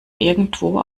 irgendwo